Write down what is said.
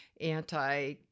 anti